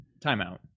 Timeout